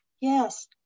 yes